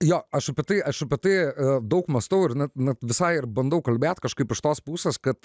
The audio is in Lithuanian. jo aš apie tai aš apie tai daug mąstau ir na na visai ir bandau kalbėt kažkaip iš tos pusės kad